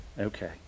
Okay